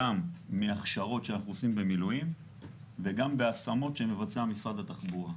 גם מהכשרות שאנחנו עושים במילואים וגם בהשמות שמבצע משרד התחבורה.